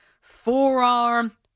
forearm